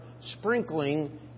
sprinkling